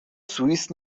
سوئیس